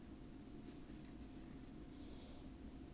不用 invest lah 随便买个便宜的就可以了 lah